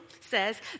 says